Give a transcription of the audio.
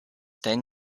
then